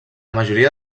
majoria